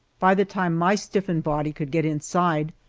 by the time my stiffened body could get inside,